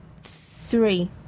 Three